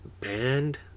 band